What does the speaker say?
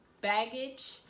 baggage